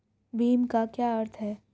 भीम का क्या अर्थ है?